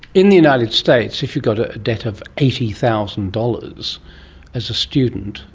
in the united states, if you got a a debt of eighty thousand dollars as a student,